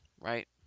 right